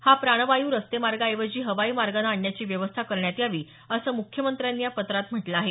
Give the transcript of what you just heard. हा प्राण वायू रस्ते मार्गाऐवजी हवाई मार्गानं आणण्याची व्यवस्था करण्यात यावी असं मुख्यमंत्र्यांनी या पत्रात म्हटलं आहे